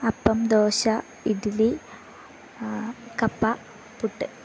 അപ്പം ദോശ ഇഡ്ലി കപ്പാ പുട്ട്